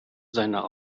seiner